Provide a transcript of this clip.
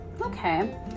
Okay